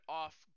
off